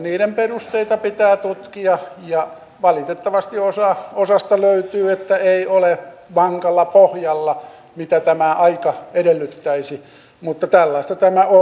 niiden perusteita pitää tutkia ja valitettavasti osasta löytyy että ei ole vankalla pohjalla mitä tämä aika edellyttäisi mutta tällaista tämä on